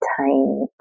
tiny